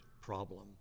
problem